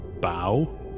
bow